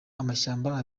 amashyamba